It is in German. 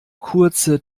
kurze